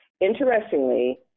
Interestingly